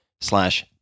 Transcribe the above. slash